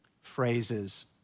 phrases